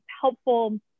helpful